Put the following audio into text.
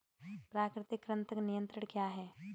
प्राकृतिक कृंतक नियंत्रण क्या है?